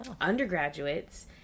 undergraduates